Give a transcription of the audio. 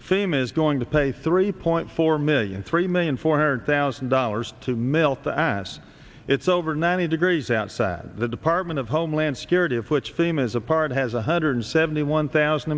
fame is going to pay three point four million three million four hundred thousand dollars to mail to ass it's over ninety degrees outside the department of homeland security of which team is a part has one hundred seventy one thousand